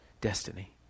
destiny